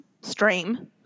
stream